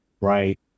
right